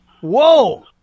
Whoa